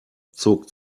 zog